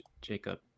Jacob